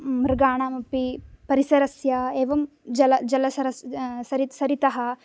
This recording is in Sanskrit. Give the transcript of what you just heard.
मृगाणामपि परिसरस्य एवं जल जलसर सरित् सरितः